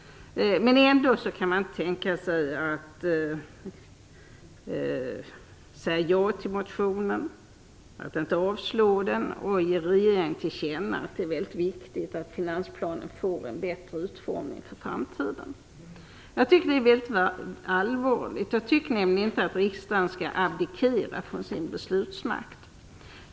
Ändå kan man inte tänka sig att säga ja till motionen genom att låta bli att avstyrka den och i stället ge regeringen till känna att det är väldigt viktigt att finansplanen får en bättre utformning för framtiden. Detta är väldigt allvarligt. Jag tycker nämligen att riksdagen inte skall abdikera från sin beslutsmakt.